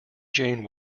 jane